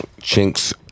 Chink's